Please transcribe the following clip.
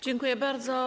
Dziękuję bardzo.